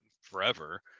forever